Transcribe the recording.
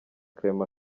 clement